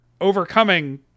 overcoming